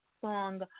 Song